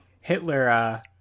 Hitler